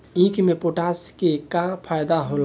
ईख मे पोटास के का फायदा होला?